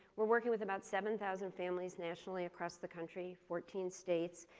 we're working with about seven thousand families nationally across the country, fourteen states.